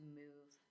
move